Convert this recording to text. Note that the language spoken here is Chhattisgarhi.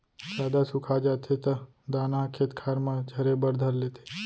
जादा सुखा जाथे त दाना ह खेत खार म झरे बर धर लेथे